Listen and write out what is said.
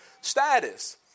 status